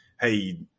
hey